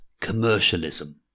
commercialism